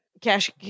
Cash